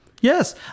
Yes